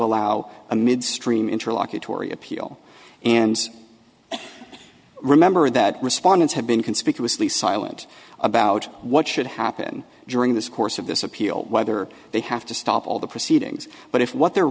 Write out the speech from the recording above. allow a midstream interlocutory appeal and remember that respondents have been conspicuously silent about what should happen during the course of this appeal whether they have to stop all the proceedings but if what they're